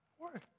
work